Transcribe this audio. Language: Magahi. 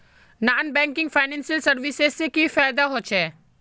नॉन बैंकिंग फाइनेंशियल सर्विसेज से की फायदा होचे?